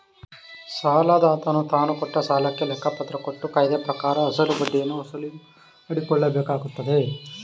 ಸಾಲದಾತನು ತಾನುಕೊಟ್ಟ ಸಾಲಕ್ಕೆ ಲೆಕ್ಕಪತ್ರ ಕೊಟ್ಟು ಕಾಯ್ದೆಪ್ರಕಾರ ಅಸಲು ಬಡ್ಡಿಯನ್ನು ವಸೂಲಿಮಾಡಕೊಳ್ಳಬೇಕಾಗತ್ತದೆ